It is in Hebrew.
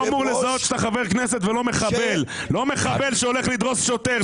אמור לזהות שאתה חבר כנסת ולא מחבל שהולך לדרוס שוטר,